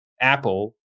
Apple